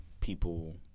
people